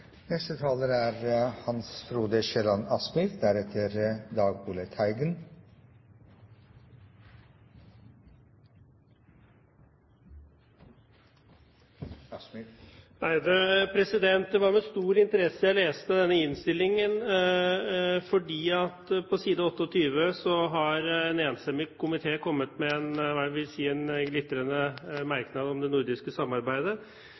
Det var med stor interesse jeg leste denne innstillingen, for på side 28 har en enstemmig komité kommet med en, jeg vil si, glitrende merknad om det nordiske samarbeidet.